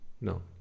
No